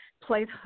play